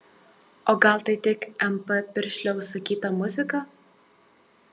o gal tai tik mp piršlio užsakyta muzika